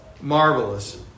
marvelous